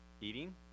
eating